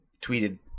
tweeted